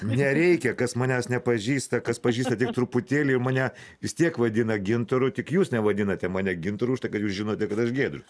nereikia kas manęs nepažįsta kas pažįsta tik truputėlį mane vis tiek vadina gintaru tik jūs nevadinate mane gintaru užtai kad jūs žinote kad aš giedrius